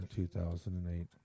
2008